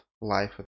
life